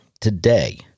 today